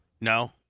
No